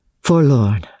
Forlorn